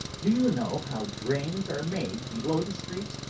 do you know how drains are made below the streets,